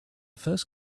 first